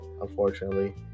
unfortunately